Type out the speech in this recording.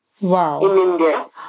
Wow